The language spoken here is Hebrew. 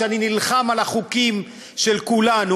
כשאני נלחם על החוקים של כולנו,